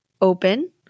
open